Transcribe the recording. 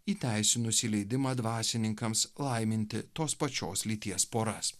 įteisinusį leidimą dvasininkams laiminti tos pačios lyties poras